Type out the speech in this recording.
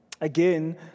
Again